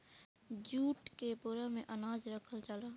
jute के बोरा में अनाज रखल जाला